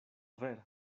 ver